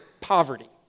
poverty